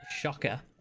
Shocker